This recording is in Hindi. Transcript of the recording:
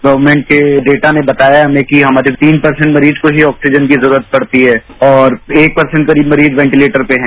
गवमेंट के ढेटा ने बताया हमें कि तीन परसेंट मरीज को ही ऑक्सीजन की जरूरत पड़ती है और एक परसेंट करीब मरीज वेटिलेटर पर हैं